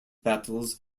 battles